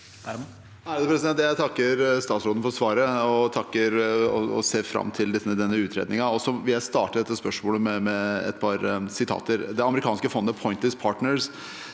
Jeg takker statsråden for svaret og ser fram til denne utredningen. Jeg vil starte dette spørsmålet med et sitat. Det amerikanske fondet Pointiliss Partners